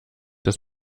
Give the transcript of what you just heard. dass